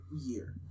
year